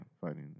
fighting